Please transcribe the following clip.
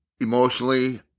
emotionally